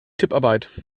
tipparbeit